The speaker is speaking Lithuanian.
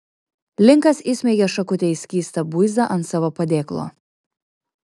linkas įsmeigė šakutę į skystą buizą ant savo padėklo